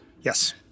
Yes